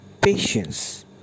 patience